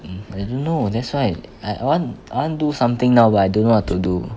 um I don't know that's why I I want I want do something now but I don't know what to do